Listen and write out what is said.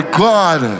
god